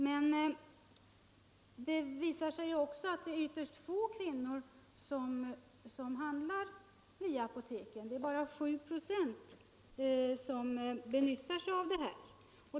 Men det visar sig att det är ytterst få kvinnor som handlar via apoteken; det är bara 7 96 som utnyttjar denna möjlighet.